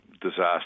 disaster